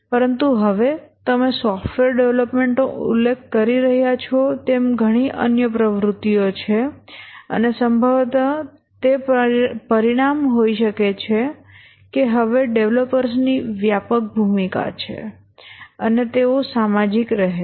પરંતુ હવે તમે સોફ્ટવેર ડેવલપમેન્ટનો ઉલ્લેખ કરી રહ્યાં છો તેમ ઘણી અન્ય પ્રવૃત્તિઓ છે અને સંભવત તે પરિણામ હોઈ શકે છે કે હવે ડેવલપર્સની વ્યાપક ભૂમિકા છે અને તેઓ સામાજિક રહે છે